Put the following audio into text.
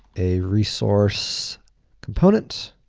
a resource component.